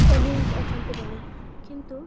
aliens ଅଛନ୍ତି ବୋଲି କିନ୍ତୁ